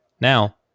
Now